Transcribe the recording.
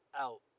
out